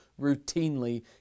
routinely